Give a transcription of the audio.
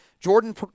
Jordan